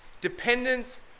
Dependence